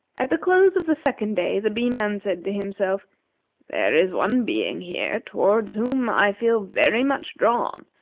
at the close of the second day, the bee-man said to himself there is one being here toward whom i feel very much drawn,